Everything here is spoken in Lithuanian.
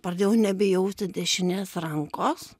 pradėjau nebejausti dešinės rankos